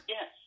Yes